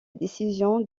décision